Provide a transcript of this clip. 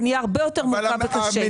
זה נהיה הרבה יותר מורכב וקשה.